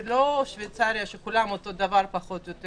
כמו שוויץ שכולם אותו הדבר פחות או יותר.